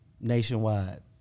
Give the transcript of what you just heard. nationwide